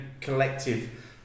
collective